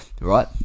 right